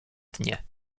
dnie